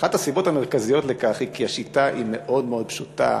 אחת הסיבות המרכזיות לכך היא שהשיטה מאוד מאוד פשוטה,